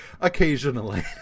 occasionally